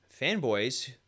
fanboys